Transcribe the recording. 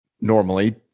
normally